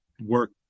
work